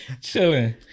Chilling